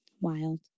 Wild